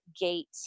gate